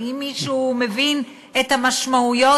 האם מישהו מבין את המשמעויות?